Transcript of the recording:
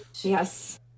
Yes